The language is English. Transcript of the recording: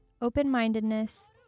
open-mindedness